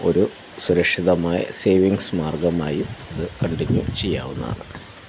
ഒരു സുരക്ഷിതമായ സേവിങ്സ് മാർഗ്ഗമായി ഇത് കണ്ടിന്യൂ ചെയ്യാവുന്നതാണ്